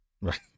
Right